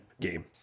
game